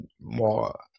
more